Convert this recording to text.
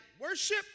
worship